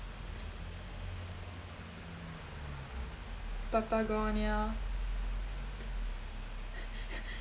patagonia